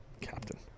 Captain